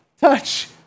touch